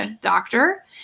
doctor